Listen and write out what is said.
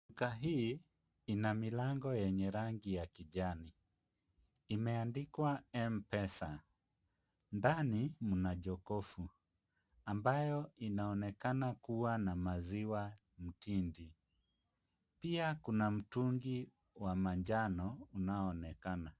Duka hii ina milango yenye rangi ya kijani imeandikwa M-Pesa. Ndani mna jokofu ambayo inaonekana kuwa na maziwa mtindi. Pia kuna mtungi wa manjano unaoonekana.